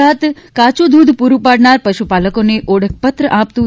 ગુજરાત કાયું દ્રધ પૂરૂં પાડનાર પશુપાલકોને ઓળખપત્ર આપતું